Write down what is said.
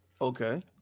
Okay